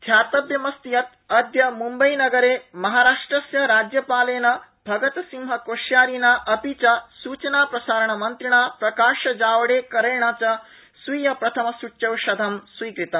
ध्यातव्यमस्ति यत् अद्य मुम्बईनगरे महाराष्ट्रस्य राज्यपालेन भगतसिंह कोश्यारिना अपि च सुचना प्रसारणमन्त्रिणा प्रकाशजावडेकरेण च स्वीय प्रथमसुच्यौषधं स्वीकृतम्